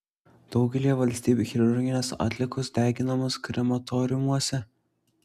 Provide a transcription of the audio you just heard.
daugelyje valstybių chirurginės atliekos deginamos krematoriumuose